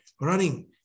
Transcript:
running